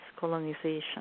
colonization